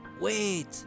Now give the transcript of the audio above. Wait